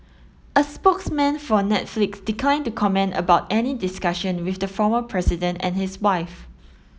a spokesman for Netflix declined to comment about any discussion with the former president and his wife